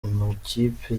amakipe